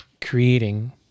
creating